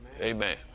Amen